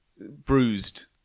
bruised